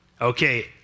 Okay